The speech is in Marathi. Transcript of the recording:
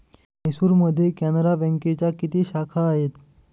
म्हैसूरमध्ये कॅनरा बँकेच्या किती शाखा आहेत?